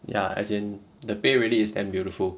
ya as in the pay really is damn beautiful